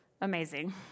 amazing